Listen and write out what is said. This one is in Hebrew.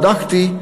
בדקתי,